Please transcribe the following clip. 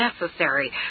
necessary